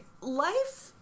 life